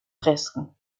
fresken